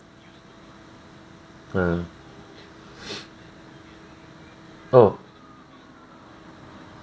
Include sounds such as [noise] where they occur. ah [breath] oh